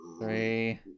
Three